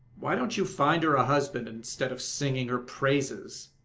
why don't you find her a husband instead of singing her praises?